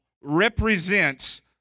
represents